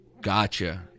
Gotcha